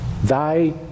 Thy